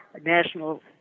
national